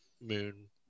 moon